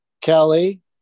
Kelly